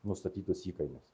nustatytus įkainius